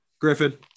Griffin